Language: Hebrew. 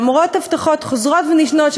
למרות הבטחות חוזרות ונשנות,